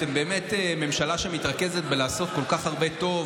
אתם באמת ממשלה שמתרכזת בלעשות כל כך הרבה טוב,